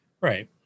Right